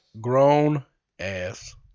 grown-ass